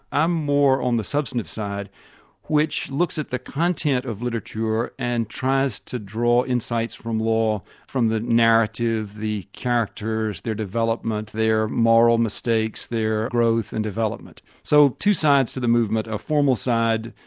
i'm more on the substantive side which looks at the content of literature literature and tries to draw insights from law from the narrative, the characters, their development, their moral mistakes, their growth and development. so two sides to the movement, a formal side,